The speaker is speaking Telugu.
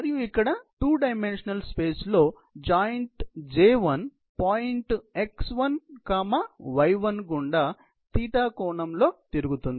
మరియు ఇక్కడ 2 డైమెన్షనల్ స్పేస్ లో జాయింట్ j1 పాయింట్ x1y1 గుండా కోణంలో తిరుగుతుంది